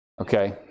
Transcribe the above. okay